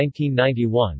1991